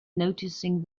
noticing